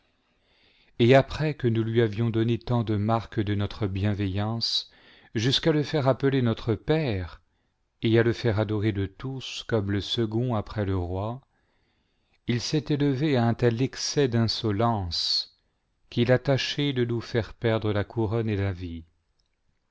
et après que nous lui avions donné tant de marques de notre bienveillance jusqu'à le faire appeler notre père et à le faire adorer de tous comme le second après le roi il s'est élevé à un tel excès d'insolence qu'il a tâché de nous faire perdre la couronne et la vie